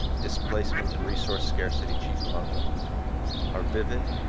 displacement and resource scarcity chief among them are vivid,